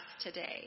today